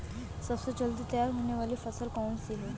सबसे जल्दी तैयार होने वाली फसल कौन सी है?